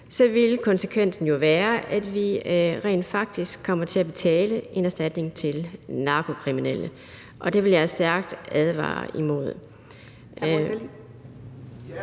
vil konsekvensen jo være, at vi rent faktisk kommer til at betale en erstatning til narkokriminelle, og det vil jeg stærkt advare imod.